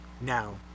Now